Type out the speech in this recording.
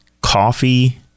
coffee